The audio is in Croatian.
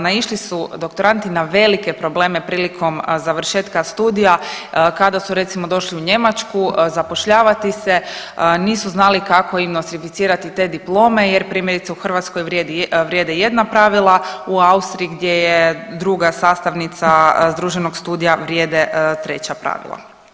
Naišli su doktorandi na velike probleme prilikom završetka studija kada su recimo, došli u Njemačku zapošljavati se, nisu znali kako im nostrificirati te diplome jer primjerice, u Hrvatskoj vrijede jedne pravila, u Austriji gdje je druga sastavnica združenog studija vrijede treća pravila.